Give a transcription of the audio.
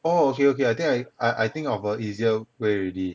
oh okay okay I think I I I think of a easier way already